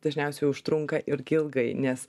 dažniausiai užtrunka irgi ilgai nes